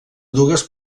dues